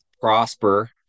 prosper